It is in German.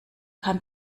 kann